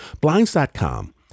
Blinds.com